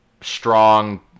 strong